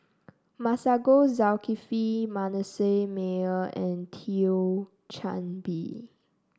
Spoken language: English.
Masagos Zulkifli Manasseh Meyer and Thio Chan Bee